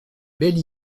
belle